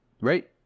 right